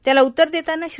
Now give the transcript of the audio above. त्याला उत्तर देताना श्री